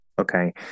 okay